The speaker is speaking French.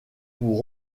pour